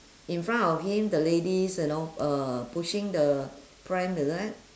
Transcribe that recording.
in front of him the lady is you know uh pushing the pram is it